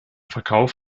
verkauf